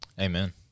Amen